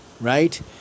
right